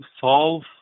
solve